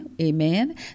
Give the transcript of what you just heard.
amen